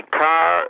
car